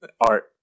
art